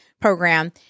program